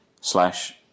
slash